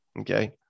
Okay